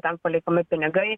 ten paliekami pinigai